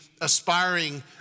aspiring